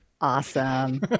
awesome